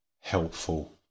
helpful